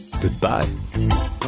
goodbye